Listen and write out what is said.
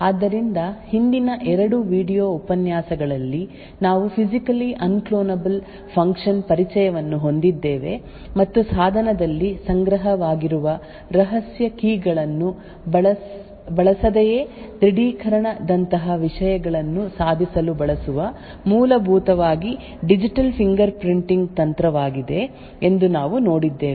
ಆದ್ದರಿಂದ ಹಿಂದಿನ 2 ವೀಡಿಯೊ ಉಪನ್ಯಾಸಗಳಲ್ಲಿ ನಾವು ಫಿಸಿಕಲಿ ಅನ್ಕ್ಲೋನಬಲ್ ಫಂಕ್ಷನ್ ಪರಿಚಯವನ್ನು ಹೊಂದಿದ್ದೇವೆ ಮತ್ತು ಸಾಧನದಲ್ಲಿ ಸಂಗ್ರಹವಾಗಿರುವ ರಹಸ್ಯ ಕೀ ಗಳನ್ನು ಬಳಸದೆಯೇ ದೃಢೀಕರಣದಂತಹ ವಿಷಯಗಳನ್ನು ಸಾಧಿಸಲು ಬಳಸುವ ಮೂಲಭೂತವಾಗಿ ಡಿಜಿಟಲ್ ಫಿಂಗರ್ಪ್ರಿಂಟಿಂಗ್ ತಂತ್ರವಾಗಿದೆ ಎಂದು ನಾವು ನೋಡಿದ್ದೇವೆ